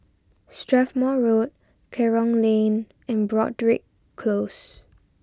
Strathmore Road Kerong Lane and Broadrick Close